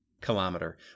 kilometer